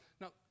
now